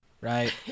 Right